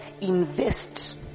invest